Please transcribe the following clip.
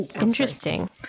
interesting